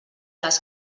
les